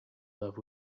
love